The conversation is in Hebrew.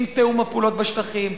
עם תיאום הפעולות בשטחים,